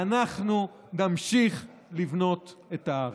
ואנחנו נמשיך לבנות את הארץ.